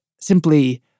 simply